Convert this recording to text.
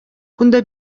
кунта